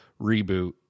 reboot